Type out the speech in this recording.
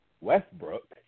Westbrook